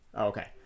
okay